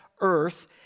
earth